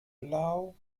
blau